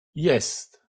jest